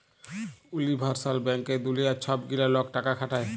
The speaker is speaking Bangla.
উলিভার্সাল ব্যাংকে দুলিয়ার ছব গিলা লক টাকা খাটায়